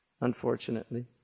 unfortunately